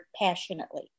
passionately